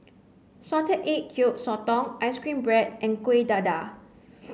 salted egg Yolk Sotong ice cream bread and Kuih Dadar